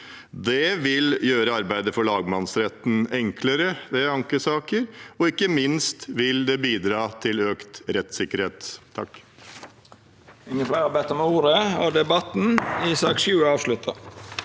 Det vil gjøre arbeidet for lagmannsretten enklere ved ankesaker, og ikke minst vil det bidra til økt rettssikkerhet.